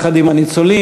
יחד עם הניצולים,